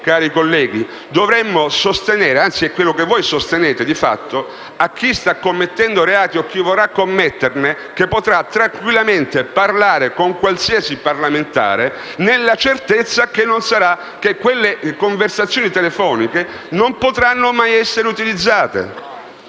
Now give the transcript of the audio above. cari colleghi, dovremmo sostenere - anzi, è quello che voi di fatto sostenete - che chi sta commettendo reati o chi vorrà commetterne potrà tranquillamente parlare con qualsiasi parlamentare nella certezza che quelle conversazioni telefoniche non potranno mai essere utilizzate.